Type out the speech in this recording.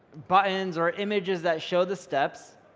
buttons or images that show the steps,